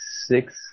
six